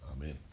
Amen